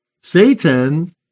Satan